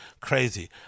Crazy